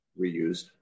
reused